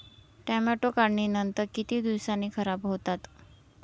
Tomato काढणीनंतर किती दिवसांनी खराब होतात?